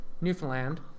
Newfoundland